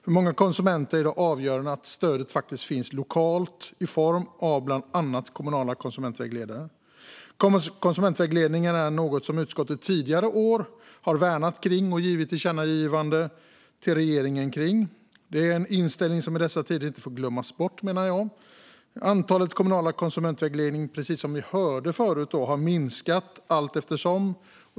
För många konsumenter är det avgörande att stödet finns lokalt i form av bland annat kommunala konsumentvägledare. Konsumentvägledningen är något som utskottet tidigare år har värnat om och givit tillkännagivanden till regeringen om. Det är en inställning som i dessa tider inte får glömmas bort, menar jag. Antalet kommuner med konsumentvägledning har, precis som vi hörde förut, minskat allteftersom.